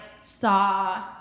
saw